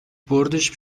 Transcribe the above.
بردش